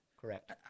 Correct